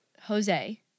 Jose